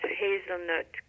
hazelnut